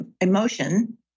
emotion